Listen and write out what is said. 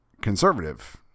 conservative